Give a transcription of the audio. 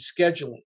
scheduling